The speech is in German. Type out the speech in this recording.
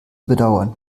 bedauern